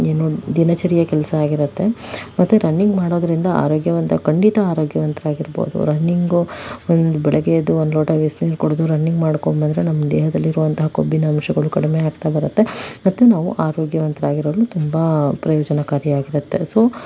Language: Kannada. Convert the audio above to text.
ಏನು ದಿನಚರಿಯ ಕೆಲಸ ಆಗಿರುತ್ತೆ ಮತ್ತು ರನ್ನಿಂಗ್ ಮಾಡೋದ್ರಿಂದ ಆರೋಗ್ಯವಂತ ಖಂಡಿತ ಆರೋಗ್ಯವಂತರಾಗಿರ್ಬೋದು ರನ್ನಿಂಗು ಬೆಳಗ್ಗೆ ಎದ್ದು ಒಂದು ಲೋಟ ಬಿಸಿನೀರು ಕುಡಿದು ರನ್ನಿಂಗ್ ಮಾಡ್ಕೊಂಬಂದ್ರೆ ನಮ್ಮ ದೇಹದಲ್ಲಿರುವಂತಹ ಕೊಬ್ಬಿನ ಅಂಶಗಳು ಕಡಿಮೆ ಆಗ್ತಾ ಬರತ್ತೆ ಮತ್ತು ನಾವು ಆರೋಗ್ಯವಂತರಾಗಿರಲು ತುಂಬ ಪ್ರಯೋಜನಕಾರಿಯಾಗಿರತ್ತೆ ಸೊ